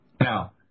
Now